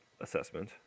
assessment